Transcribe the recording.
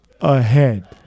ahead